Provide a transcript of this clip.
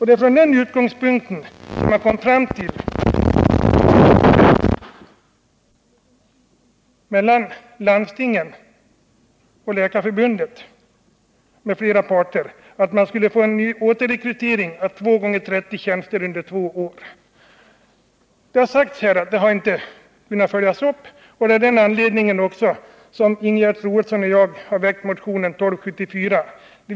Det är från den utgångspunkten landstinget och Läkarförbundet med flera parter kommit fram till att man vill få en återrekrytering av 30 tjänster per år under två år. Det har sagts att detta inte har kunnat följas upp. Det är av den anledningen Ingegerd Troedsson och jag har väckt motionen 1247.